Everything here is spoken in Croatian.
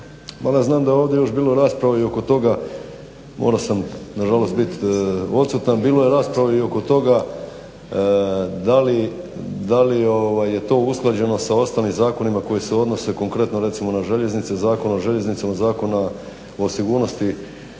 Mada znam da je ovdje još bilo rasprave i oko toga morao sam nažalost biti odsutan, bilo je rasprava i oko toga da li je to usklađeno sa ostalim zakonima koji se odnose konkretno recimo na željeznice Zakon o željeznicama, Zakona o sigurnosti